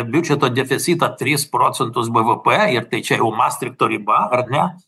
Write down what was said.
biudžeto deficitą tris procentus bvp ir tai čia jau mastrichto riba ar ne